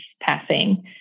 passing